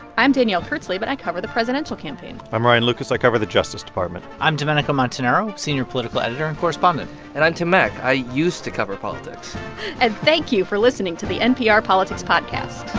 i'm danielle kurtzleben. i cover the presidential campaign i'm ryan lucas. i cover the justice department i'm domenico montanaro, senior political editor and correspondent and i'm tim mak. i used to cover politics and thank you for listening to the npr politics podcast